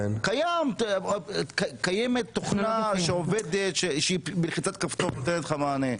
קיימת תוכנה שעובדת ובלחיצת כפתור היא נותנת לך מענה.